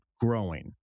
growing